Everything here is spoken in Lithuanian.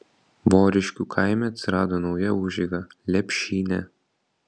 voriškių kaime atsirado nauja užeiga lepšynė